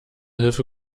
hilfe